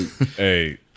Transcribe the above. hey